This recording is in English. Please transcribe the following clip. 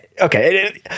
okay